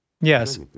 Yes